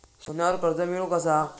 सोन्यावर कर्ज मिळवू कसा?